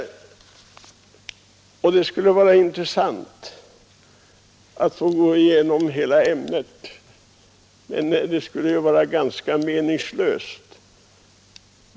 Det skulle vara intressant att få gå igenom hela detta ämne, men det skulle vara ganska meningslöst.